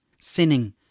sinning